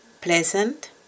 pleasant